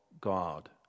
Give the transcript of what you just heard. God